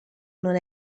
non